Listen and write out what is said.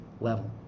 level